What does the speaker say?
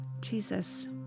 Jesus